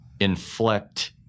inflect